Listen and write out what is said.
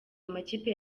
amakipe